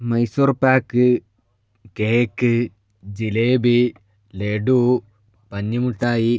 Mysore pak cake jalebi laddu പഞ്ഞിമുട്ടായി